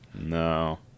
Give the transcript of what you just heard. no